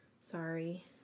Sorry